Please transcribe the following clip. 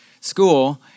school